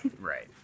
right